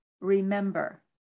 Remember